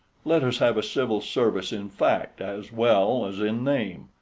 let us have a civil service in fact as well as in name,